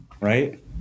Right